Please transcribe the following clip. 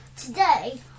today